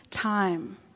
time